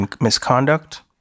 misconduct